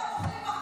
כולם אוכלים בחוץ,